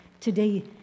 today